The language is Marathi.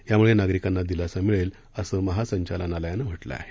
यामुळे नागरिकांना दिलासा मिळेल असं महासंचालनालयानं म्हटलं आहे